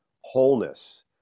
wholeness